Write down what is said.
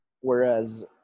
whereas